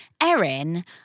Erin